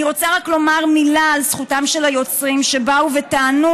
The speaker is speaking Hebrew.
אני רוצה רק לומר מילה על זכותם של היוצרים שבאו וטענו